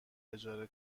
اجاره